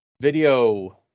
video